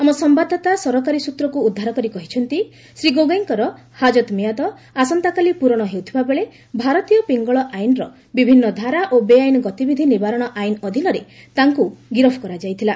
ଆମ ସମ୍ଘାଦଦାତା ସରକାରୀ ସୂତ୍ରକୁ ଉଦ୍ଧାର କରି କହିଛନ୍ତି ଶ୍ରୀ ଗୋଗୋଇଙ୍କର ହାଜତ ମିଆଦ ଆସନ୍ତା କାଲି ପୂରଣ ହେଉଥିବାବେଳେ ଭାରତୀୟ ପିଙ୍ଗଳ ଆଇନ୍ର ବିଭିନ୍ନ ଧାରା ଓ ବେଆଇନ୍ ଗତିବିଧି ନିବାରଣ ଆଇନ୍ ଅଧୀନରେ ତାଙ୍କୁ ଗିରଫ କରାଯାଇଥିଲା